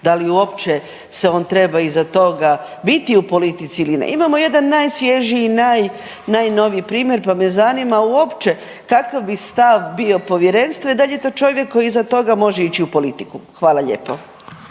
da li uopće se on treba iza toga biti u politici ili ne? Imamo jedan najsvježiji i najnoviji primjer, pa me zanima uopće kakav bi stav bio povjerenstva i dal je to čovjek koji iza toga može ići u politiku? Hvala lijepo.